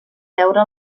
veure